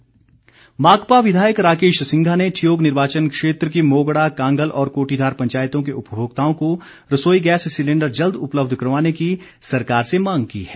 राकेश सिंघा माकपा विधायक राकेश सिंघा ने ठियोग निर्वाचन क्षेत्र की मोगड़ा कांगल और कोटीधार पंचायतों के उपभोक्ताओं को रसोई गैस सिलेंडर जल्द उपलब्ध करवाने की सरकार से मांग की है